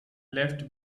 left